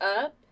up